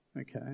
Okay